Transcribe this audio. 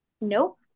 Nope